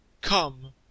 Come